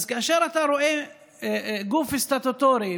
אז כאשר אתה רואה שגוף סטטוטורי,